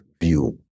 view